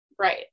Right